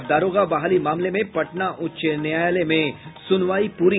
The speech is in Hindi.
और दारोगा बहाली मामले में पटना उच्च न्यायालय ने सुनवाई पूरी